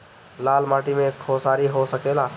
लाल माटी मे खेसारी हो सकेला?